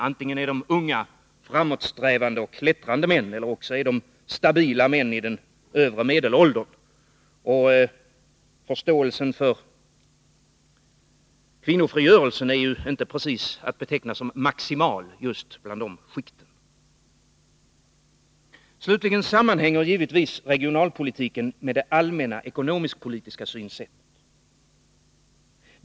Antingen är de unga, framåtsträvande och klättrande män eller också är de stabila män i den övre medelåldern, och förståelsen för kvinnofrigörelsen är inte precis att beteckna som maximal just i de skikten. Slutligen sammanhänger givetvis regionalpolitiken med det allmänna ekonomisk-politiska synsättet.